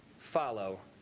follow,